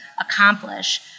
accomplish